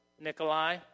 Nikolai